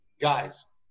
guys